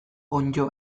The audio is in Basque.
onddo